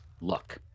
luck